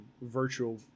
virtual